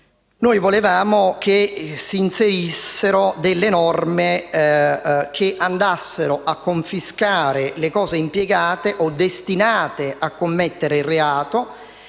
volevamo che si inserissero delle norme che andassero a confiscare le cose impiegate o destinate a commettere reato,